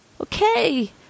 okay